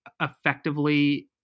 effectively